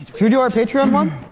so we do our patreon one?